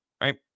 Right